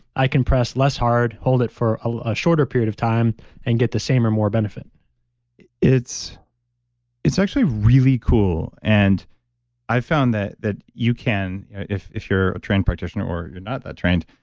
i can press less hard, hold it for a shorter period of time and get the same or more benefit it's it's actually really cool. and i've found that that you can, if if you're a trained practitioner, or you're not that trained,